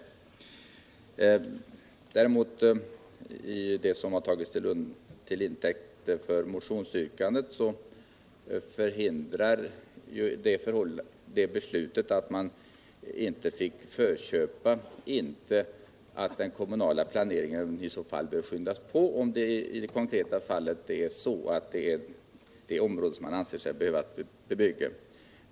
Vad beträffar det fall som tagits till intäkt för motionsyrkandet vill jag säga att beslutet att kommunen inte fick förköpa ju inte hindrar att den kommunala planeringen skyndas på, om det i det konkreta fallet är fråga om ett område som man anser sig behöva bebygga.